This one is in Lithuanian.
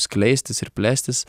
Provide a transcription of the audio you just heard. skleistis ir plėstis